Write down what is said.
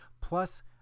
Plus